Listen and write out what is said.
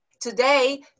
Today